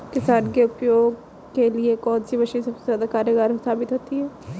किसान के उपयोग के लिए कौन सी मशीन सबसे ज्यादा कारगर साबित होती है?